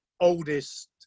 oldest